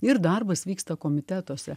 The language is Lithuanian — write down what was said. ir darbas vyksta komitetuose